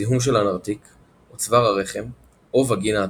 זיהום של הנרתיק או צוואר הרחם או וגינה אטרופית.